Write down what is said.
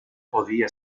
podía